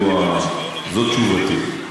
זו תשובתי.